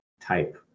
type